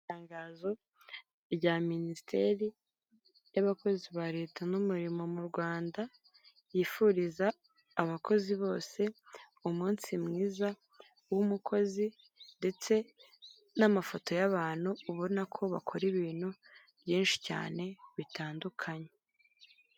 Itangazo rya minisiteri y'abakozi ba leta n'umurimo mu rwanda yifuriza abakozi bose umunsi mwiza w'umukozi, ndetse n'amafoto y'abantu ubona ko bakora ibintu byinshi cyane bitandukanye.